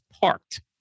parked